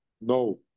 No